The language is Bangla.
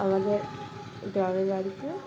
আমাদের দেওয়ারের গাড়িতে